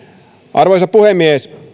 arvoisa puhemies